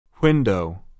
Window